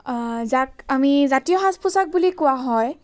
যাক আমি জাতীয় সাজ পোচাক বুলি কোৱা হয়